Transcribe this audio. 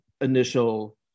initial